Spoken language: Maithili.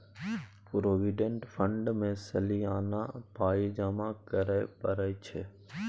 प्रोविडेंट फंड मे सलियाना पाइ जमा करय परय छै